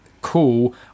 Cool